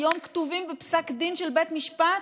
היום כתובים בפסק דין של בית משפט,